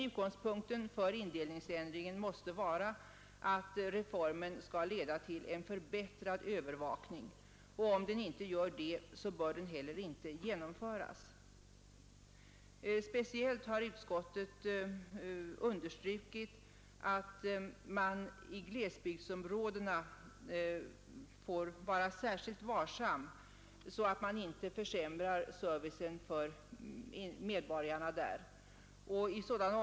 Utgångspunkten för indelningsändringen måste vara att reformen skall leda till en förbättrad övervakning. Om den inte gör det bör den inte heller genomföras. Speciellt har utskottet understrukit att man i glesbygdsområdena får vara särskilt varsam, så att man inte försämrar servicen för de där bosatta medborgarna.